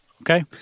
Okay